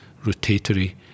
rotatory